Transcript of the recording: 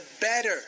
better